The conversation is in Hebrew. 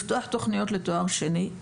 לפתוח תכניות לתואר שני.